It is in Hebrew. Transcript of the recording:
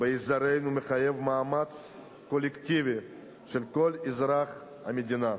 באזורנו מחייב מאמץ קולקטיבי של כל אזרחי המדינה,